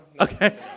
Okay